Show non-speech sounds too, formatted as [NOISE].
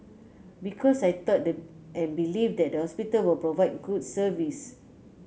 because I thought [UNINTELLIGIBLE] and believe that the hospital will provide good service